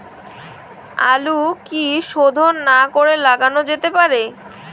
আলু কি শোধন না করে লাগানো যেতে পারে?